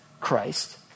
Christ